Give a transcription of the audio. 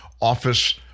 office